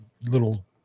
little